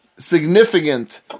significant